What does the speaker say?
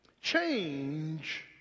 Change